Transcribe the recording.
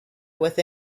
with